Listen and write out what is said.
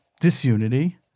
Disunity